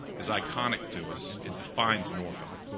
is iconic to us, it defines norfolk.